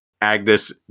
Agnes